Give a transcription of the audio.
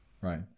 Right